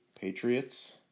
Patriots